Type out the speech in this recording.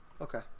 Okay